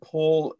Paul